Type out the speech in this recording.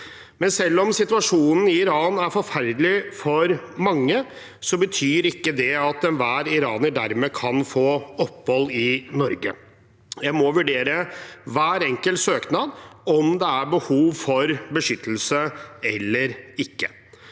Selv om situasjonen i Iran er forferdelig for mange, betyr ikke det at enhver iraner dermed kan få opphold i Norge. En må i hver enkelt søknad vurdere om det er behov for beskyttelse eller ikke.